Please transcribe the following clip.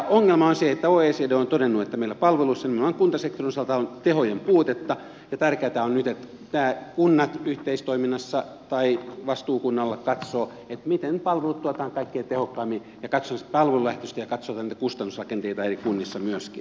ongelma on se että oecd on todennut että meillä palveluissa nimenomaan kuntasektorin osalta on tehojen puutetta ja tärkeätä on nyt että kunnat yhteistoiminnassa tai vastuukunnan johdolla katsovat miten palvelut tuotetaan kaikkein tehokkaimmin ja katsovat sitä palvelulähtöisesti ja katsovat niitä kustannusrakenteita eri kunnissa myöskin